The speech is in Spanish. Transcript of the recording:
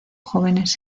jóvenes